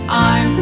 arms